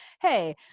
hey